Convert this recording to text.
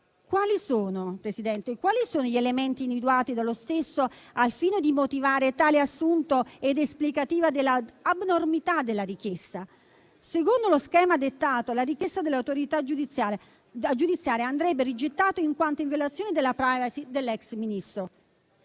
dati personali. Quali sono gli elementi individuati dallo stesso al fine di motivare tale assunto ed esplicativi dell'abnormità della richiesta? Secondo lo schema dettato, la richiesta dell'autorità giudiziaria andrebbe rigettato in quanto in violazione della *privacy* dell'ex Ministro